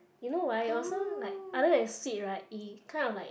you know right also like other than sweet right it kind of like